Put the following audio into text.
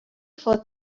for